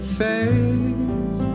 face